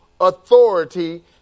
authority